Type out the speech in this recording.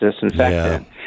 disinfectant